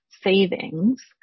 savings